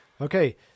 Okay